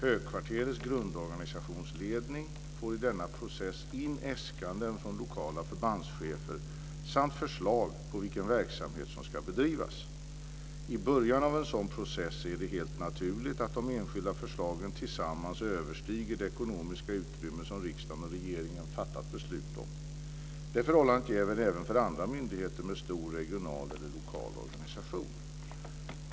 Högkvarterets grundorganisationsledning får i denna process in äskanden från lokala förbandschefer samt förslag på vilken verksamhet som ska bedrivas. I början av en sådan process är det helt naturligt att de enskilda förslagen tillsammans överstiger det ekonomiska utrymme som riksdagen och regeringen fattat beslut om. Detta förhållande gäller även för andra myndigheter med en stor regional eller lokal organisation.